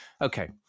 Okay